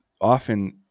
often